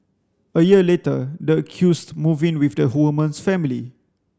a year later the accused moved in with the woman's family